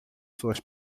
suas